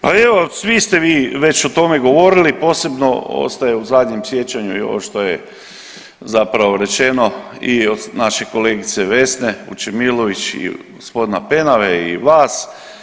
Pa evo svi ste vi već o tome govorili, posebno ostaje u zadnjem sjećanju i ovo što je zapravo rečeno i od naše kolegice Vesne Vučemilović i gospodina Penave i vas.